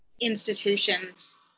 institutions